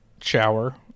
shower